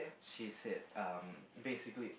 she said um basically